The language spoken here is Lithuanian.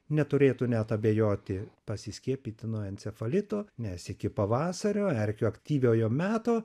neturėtų net abejoti pasiskiepyti nuo encefalito nes iki pavasario erkių aktyviojo meto